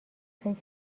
فکر